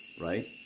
right